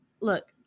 Look